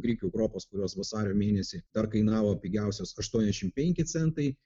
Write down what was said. grikių kruopos kurios vasario mėnesį dar kainavo pigiausios aštuoniasdešim penki centai